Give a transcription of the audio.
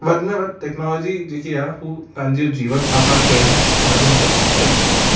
वध में वधि टेक्नोलॉजी जेकी आहे हूं तव्हांजो जीवन आसानु करण में ॾाढो मदद कंदी